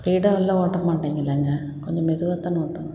ஸ்பீடாக எல்லாம் ஓட்ட மாட்டிங்க இல்லைங்க கொஞ்சம் மெதுவாக தானே ஓட்டணும்